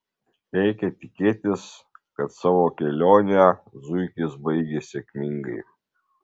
reikia tikėtis kad savo kelionę zuikis baigė sėkmingai